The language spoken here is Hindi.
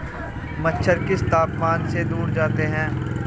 मच्छर किस तापमान से दूर जाते हैं?